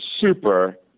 super